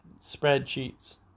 spreadsheets